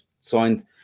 signed